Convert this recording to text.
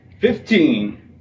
Fifteen